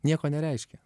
nieko nereiškia